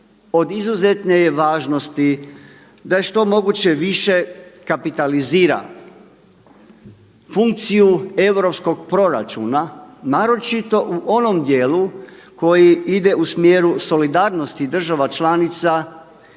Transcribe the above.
od izuzetne je važnosti da je što je moguće više kapitalizira funkciju europskog proračuna naročito u onom dijelu koji ide u smjeru solidarnosti država članica